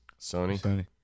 Sony